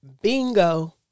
Bingo